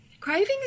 Cravings